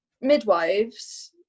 midwives